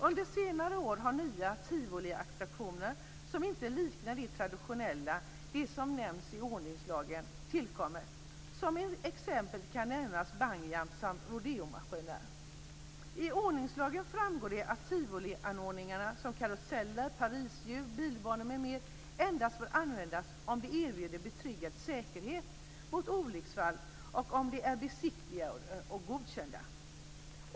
Under senare år har nya tivoliattraktioner som inte liknar de traditionella, de som nämns i ordningslagen, tillkommit. Som exempel kan nämnas bungyjump samt rodeomaskiner. I ordningslagen framgår det att tivolianordningar som karuseller, pariserhjul, bilbanor m.m. endast får användas om de erbjuder betryggande säkerhet mot olycksfall och om de är besiktigade och godkända.